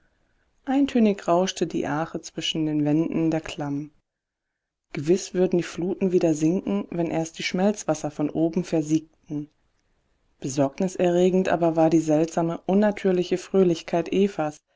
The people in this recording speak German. eintönig rauschte die ache zwischen den wänden der klamm gewiß würden die fluten wieder sinken wenn erst die schmelzwasser von oben versiegten besorgniserregend aber war die seltsame unnatürliche fröhlichkeit evas